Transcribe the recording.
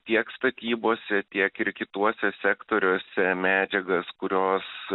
tiek statybose tiek ir kituose sektoriuose medžiagas kurios